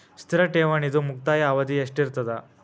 ಸ್ಥಿರ ಠೇವಣಿದು ಮುಕ್ತಾಯ ಅವಧಿ ಎಷ್ಟಿರತದ?